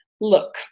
Look